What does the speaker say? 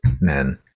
men